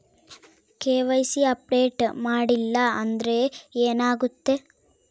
KYC update ಮಾಡಿಲ್ಲ ಅಂದ್ರೆ ಏನಾಗುತ್ತೆ?